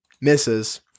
Misses